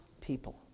people